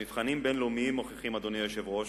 מבחנים בין-לאומיים מוכיחים, אדוני היושב-ראש,